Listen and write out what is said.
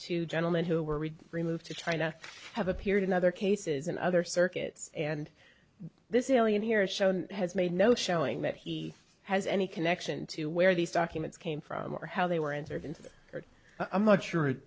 two gentlemen who were removed to china have appeared in other cases and other circuits and this is only in here shown has made no showing that he has any connection to where these documents came from or how they were entered into or i'm not sure it